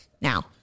now